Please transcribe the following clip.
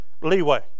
leeway